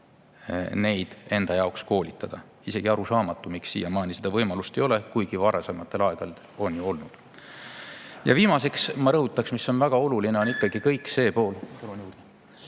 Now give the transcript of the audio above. neid enda jaoks koolitada. On isegi arusaamatu, miks seda võimalust siiamaani ei ole, kuigi varasematel aegadel on ju olnud. Ja viimaseks ma rõhutaks, mis on väga oluline, on ikkagi kõik see pool